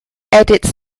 edits